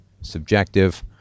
subjective